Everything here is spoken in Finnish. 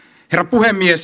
herra puhemies